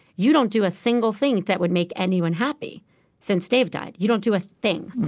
you don't do a single thing that would make anyone happy since dave died. you don't do a thing.